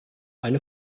eine